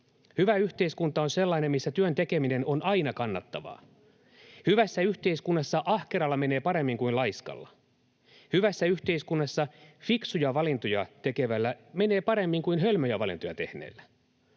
Hyvä yhteiskunta on sellainen, missä työn tekeminen on aina kannattavaa. Hyvässä yhteiskunnassa ahkeralla menee paremmin kuin laiskalla. Hyvässä yhteiskunnassa fiksuja valintoja tekevällä menee paremmin kuin hölmöjä valintoja tehneellä.